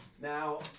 Now